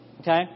Okay